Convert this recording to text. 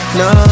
no